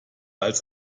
als